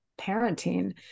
parenting